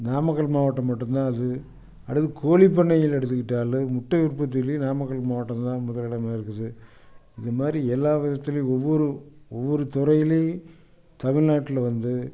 நாமக்கல் மாவட்டம் மட்டுந்தான் அது அடுத்து கோழி பண்ணைகள் எடுத்துக்கிட்டாலும் முட்டை உற்பத்திலேயும் நாமக்கல் மாவட்டந்தான் முதலிடமாக இருக்குது இந்தமாதிரி எல்லாம் விதத்துலேயும் ஒவ்வொரு ஒவ்வொரு துறையிலிம் தமிழ்நாட்டில் வந்து